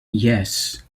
yes